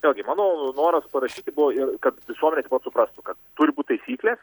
vėlgi mano noras parašyti buvo ir kad visuomenė suprastų kad turi būt taisyklės